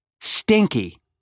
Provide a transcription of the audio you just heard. stinky